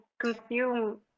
consume